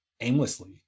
aimlessly